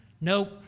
Nope